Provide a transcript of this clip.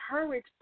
encourage